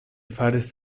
faris